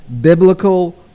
biblical